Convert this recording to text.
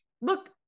Look